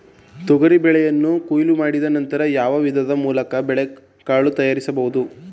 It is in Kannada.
ತೊಗರಿ ಬೇಳೆಯನ್ನು ಕೊಯ್ಲು ಮಾಡಿದ ನಂತರ ಯಾವ ವಿಧಾನದ ಮೂಲಕ ಬೇಳೆಕಾಳು ತಯಾರಿಸಬಹುದು?